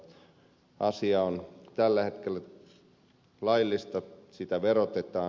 mutta asia on tällä hetkellä laillista sitä verotetaan